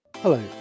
Hello